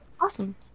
Awesome